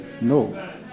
No